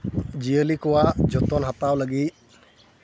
ᱡᱤᱭᱟᱹᱞᱤ ᱠᱚᱣᱟᱜ ᱡᱚᱛᱚᱱ ᱦᱟᱛᱟᱣ ᱞᱟᱹᱜᱤᱫ